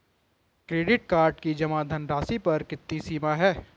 Credit card की जमा धनराशि पर कितनी सीमा है?